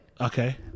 Okay